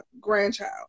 grandchild